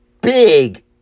big